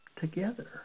together